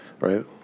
Right